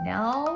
Now